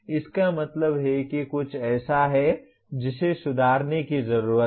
इसका मतलब है कि कुछ ऐसा है जिसे सुधारने की जरूरत है